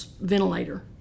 ventilator